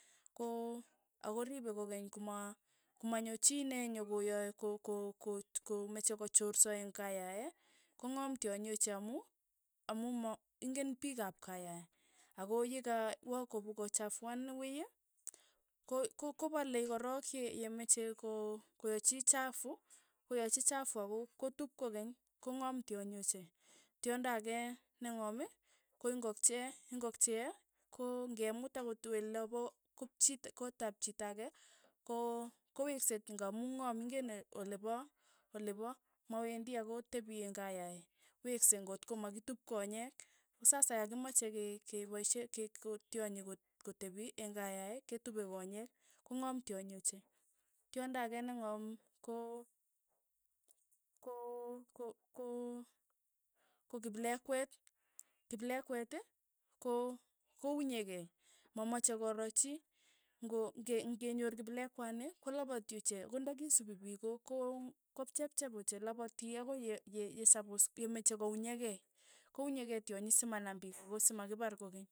Ko akoripe kokeny koma komanyo chii ne nenyokoyae ko- ko- ko komeche kochorso eng' kayae, ko ng'om tyonyi ochei amu, amu ma ing'en piik ap kaayae, ako yekawa kopakochafuan wei ko- ko- kopale korook ye- yemeche ko- koachi chapu, koachi chafu akotup kokeny, kong'am tyonyi ochei, tyondo ake neng'om ko ingokchee, ingokchee ko ng'emut akot wendi ola paa kopchi kot ap chitk ake ko- ko wekse nga amu ng'om, ingen ole pa, ole pa, mawendi akotepie eng' kayae, wekse ngotko makitup konyek, ko sasa ya kimache ke ke paishe ke- ke kot tyonyi kot- kotepi eng kayae, ketupe konyek, kong'am tyonyi ochei, tyondo ake neng'om ko- ko ko- kipleng'wet, kipleng'wet ko- ko unyekei, mamache koro chii, ng'o ng'e- ng'e- ng'e nyoor kiplengwani kolapati ochei, kot nda kisupi piik ko- ko- kochepchep ochei, lapati akoi ye- ye- yesapos yemeche kounyekei, ko unye tyonyi simanap piik ako simakipar kokeny.